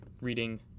reading